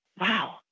wow